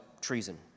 treason